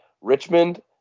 Richmond